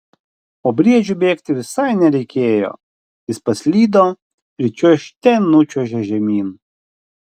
o briedžiui bėgti visai nereikėjo jis paslydo ir čiuožte nučiuožė žemyn